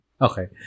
Okay